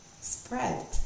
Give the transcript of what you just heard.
spread